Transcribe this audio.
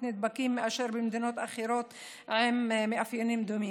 נדבקים מאשר במדינות אחרות עם מאפיינים דומים,